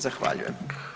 Zahvaljujem.